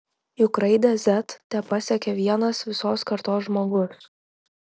juk raidę z tepasiekia vienas visos kartos žmogus